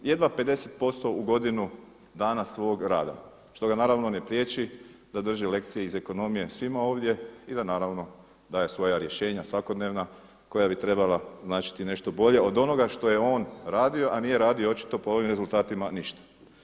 Jedva 50% u godinu dana svog rada što ga naravno ne priječi da drži lekcije iz ekonomije svima ovdje i da naravno daje svoja rješenja svakodnevna koja bi trebala značiti nešto bolje od onoga što je on radio, a nije radio očito po ovim rezultatima ništa.